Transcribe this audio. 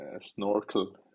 snorkel